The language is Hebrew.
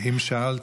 אם שאלת,